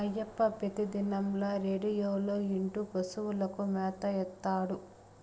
అయ్యప్ప పెతిదినంల రేడియోలో ఇంటూ పశువులకు మేత ఏత్తాడు